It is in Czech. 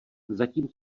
zatím